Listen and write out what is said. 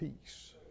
peace